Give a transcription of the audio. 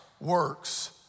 works